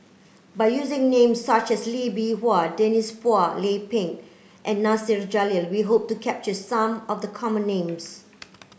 by using names such as Lee Bee Wah Denise Phua Lay Peng and Nasir Jalil we hope to capture some of the common names